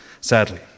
sadly